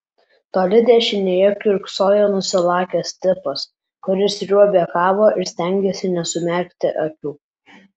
toli dešinėje kiurksojo nusilakęs tipas kuris sriuobė kavą ir stengėsi nesumerkti akių